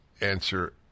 answer